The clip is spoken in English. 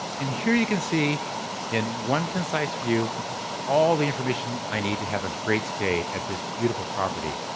and here you can see in one concise view all the information i need to have a great stay at this beautiful property,